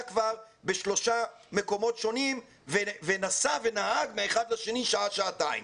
כבר בשלושה מקומות שונים ונסע ונהג ממקום אחד לשני שעה-שעתיים?